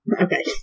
Okay